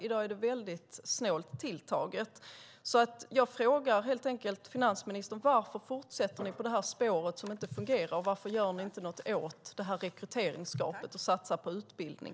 I dag är det väldigt snålt tilltaget. Jag frågar helt enkelt finansministern: Varför fortsätter ni på det här spåret som inte fungerar? Och varför gör ni inte något åt rekryteringsgapet och satsar på utbildning?